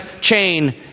chain